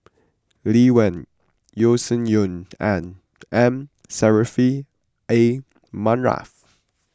Lee Wen Yeo Shih Yun and M Saffri A Manaf